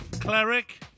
Cleric